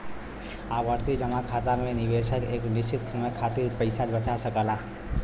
आवर्ती जमा खाता में निवेशक एक निश्चित समय खातिर पइसा बचा सकला